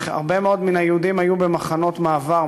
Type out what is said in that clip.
הרבה מאוד מן היהודים היו במחנות מעבר,